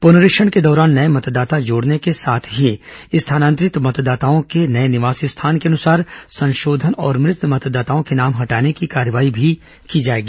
पुनरीक्षण के दौरान नए मतदाता जोड़ने के साथ ही स्थानांतरित मतदाताओं का नए निवास स्थान के अनुसार संशोधन और मृत मतदाताओं के नाम हटाने की कार्यवाही की जाएगी